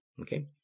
Okay